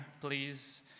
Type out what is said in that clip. please